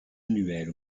annuelle